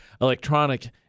electronic